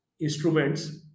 instruments